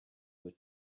were